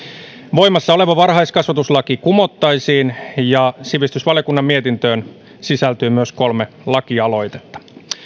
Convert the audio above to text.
voimassa oleva varhaiskasvatuslaki kumottaisiin sivistysvaliokunnan mietintöön sisältyy myös kolme lakialoitetta